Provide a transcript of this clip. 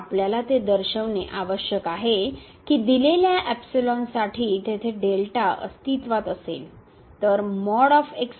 आपल्याला ते दर्शविणे आवश्यक आहे की दिलेल्या साठी तेथे अस्तित्वात असेल